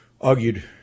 argued